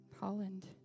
Holland